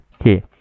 Okay